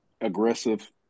aggressive